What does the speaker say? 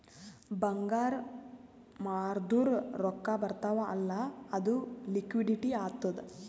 ಬಂಗಾರ್ ಮಾರ್ದುರ್ ರೊಕ್ಕಾ ಬರ್ತಾವ್ ಅಲ್ಲ ಅದು ಲಿಕ್ವಿಡಿಟಿ ಆತ್ತುದ್